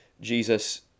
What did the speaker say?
Jesus